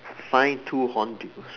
find two horn bills